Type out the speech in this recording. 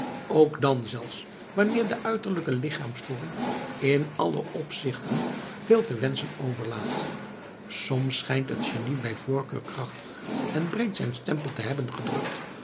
ook dan zelfs wanneer de uiterlijke lichaamsvorm in alle opzichten veel te wenschen overlaat soms schijnt het genie bij voorkeur krachtig en breed zijn stempel te hebben gedrukt